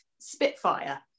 Spitfire